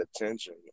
attention